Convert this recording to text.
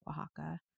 Oaxaca